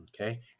okay